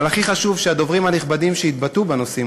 אבל הכי חשוב שהדוברים הנכבדים שהתבטאו בנושאים